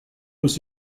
was